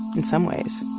in some ways,